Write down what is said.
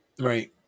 Right